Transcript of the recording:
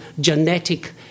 genetic